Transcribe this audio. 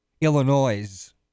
Illinois